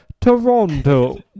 Toronto